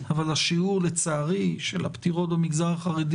אבל השיעור לצערי של הפטירות במגזר החרדי